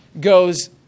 goes